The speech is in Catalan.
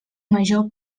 major